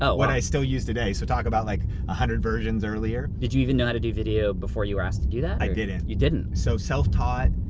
ah one i still use today. so talk about like one ah hundred versions earlier. did you even know how to do video before you were asked to do that? i didn't. you didn't. so, self taught.